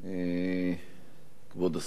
כבוד השר,